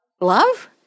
Love